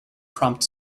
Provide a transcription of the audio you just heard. prompt